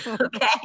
Okay